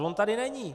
On tady není.